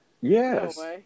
yes